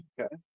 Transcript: Okay